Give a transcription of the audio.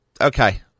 okay